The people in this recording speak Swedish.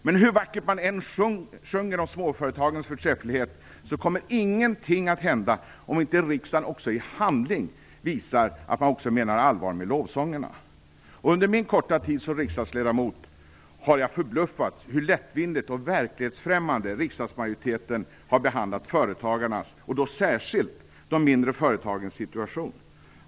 Men hur vackert man än sjunger om småföretagens förträfflighet, kommer ingenting att hända om inte riksdagen också i handling visar att man menar allvar med lovsångerna. Under min korta tid som riksdagsledamot har jag förbluffats över hur lättvindigt och verklighetsfrämmande riksdagsmajoriteten har behandlat företagarnas, särskilt de mindre företagarnas, situation.